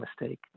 mistake